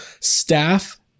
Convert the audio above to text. staff